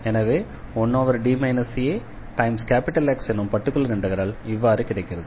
எனவே 1D aX எனும் particular integral இவ்வாறு கிடைக்கிறது